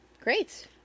Great